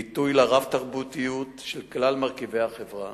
ביטוי לרב-תרבותיות של כלל מרכיבי החברה